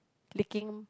licking